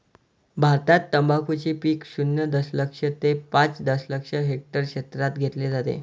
भारतात तंबाखूचे पीक शून्य दशलक्ष ते पाच दशलक्ष हेक्टर क्षेत्रात घेतले जाते